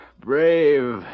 brave